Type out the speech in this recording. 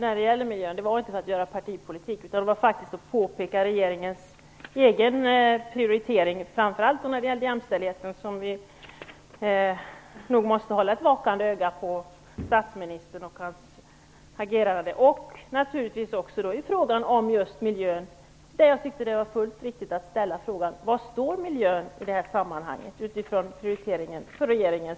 Fru talman! Det var faktiskt inte för att göra partipolitik som jag tog upp detta med miljön. Det var faktiskt för att påpeka regeringens egen prioritering, framför allt när det gällde jämställdheten. Vi måste nog hålla ett vakande öga på statsministern och hans agerande där. Det gäller naturligtvis också frågan om miljön. Jag tyckte att det var fullt riktigt att ställa frågan. Var står miljön i det här sammanhanget? Vilken prioritering gör regeringen?